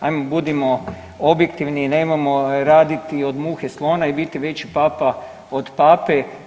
Hajmo budimo objektivni i nemojmo raditi od muhe slona i biti veći papa od Pape.